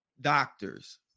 doctors